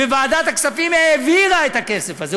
וועדת הכספים העבירה את הכסף הזה,